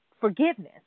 forgiveness